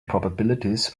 probabilities